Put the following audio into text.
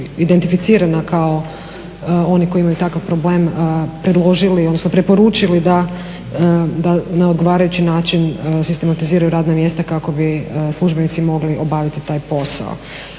identificirana kao oni koji imaju takav problem predložili, odnosno preporučili da na odgovarajući način sistematiziraju radna mjesta kako bi službenici mogli obavljati taj posao.